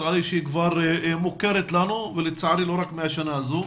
נראה לי שהיא כבר מוכרת לנו ולצערי לא רק מהשנה הזו,